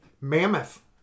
Mammoth